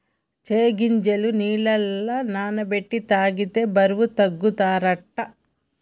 చై గింజలు నీళ్లల నాన బెట్టి తాగితే బరువు తగ్గుతారట